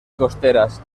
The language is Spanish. costeras